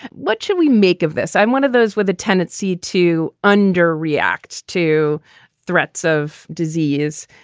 what should we make of this? i'm one of those with a tendency to under react to threats of disease.